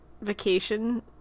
vacation